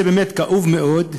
הנושא באמת כאוב מאוד,